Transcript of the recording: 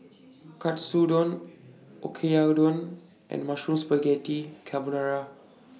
Katsudon and Mushroom Spaghetti Carbonara